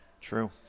True